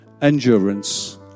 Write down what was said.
endurance